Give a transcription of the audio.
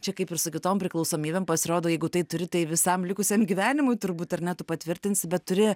čia kaip ir su kitom priklausomybėm pasirodo jeigu tai turi tai ir visam likusiam gyvenimui turbūt ar ne tu patvirtinsi bet turi